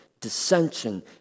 dissension